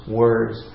words